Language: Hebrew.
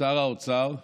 שר האוצר,